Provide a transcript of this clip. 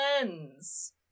lens